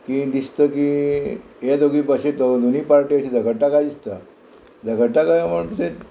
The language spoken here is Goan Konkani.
की दिसता की हे दोगूय अशे तो दोनूय पार्टी अशी झगडटा काय दिसता झगडटा काय म्हणजे